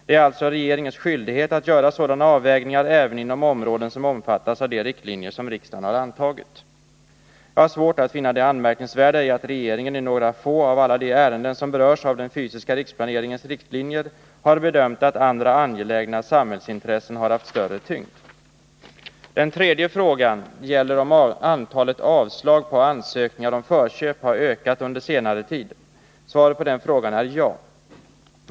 Det är alltså regeringens skyldighet att göra sådana avvägningar även inom områden som omfattas av de riktlinjer som Jag har svårt att finna det anmärkningsvärda i att regeringen i några få av alla de ärenden som berörs av den fysiska riksplaneringens riktlinjer har bedömt att andra angelägna samhällsintressen har haft större tyngd. Den tredje frågan gäller om antalet avslag på ansökningar om förköp har ökat under senare tid. Svaret på frågan är ja.